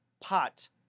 pot